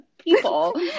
People